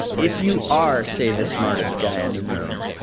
if you are, say, the smartest guy in the room,